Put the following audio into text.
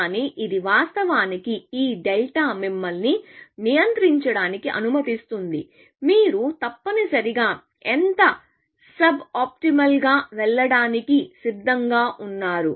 కానీ ఇది వాస్తవానికి ఈ డెల్టా మిమ్మల్ని నియంత్రించడానికి అనుమతిస్తుంది మీరు తప్పనిసరిగా ఎంత సబ్ ఆప్టిమల్గా వెళ్లడానికి సిద్ధంగా ఉన్నారు